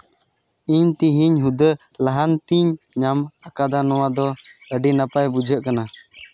ᱤᱧ ᱛᱮᱦᱤᱧ ᱦᱩᱫᱟᱹ ᱞᱟᱦᱟᱱᱛᱤᱧ ᱧᱟᱢ ᱟᱠᱟᱫᱟ ᱱᱚᱣᱟ ᱫᱚ ᱟᱹᱰᱤ ᱱᱟᱯᱟᱭ ᱵᱩᱡᱷᱟᱹᱜ ᱠᱟᱱᱟ